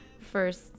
first